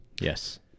yes